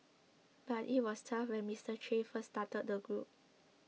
but it was tough when Mister Che first started the group